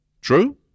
True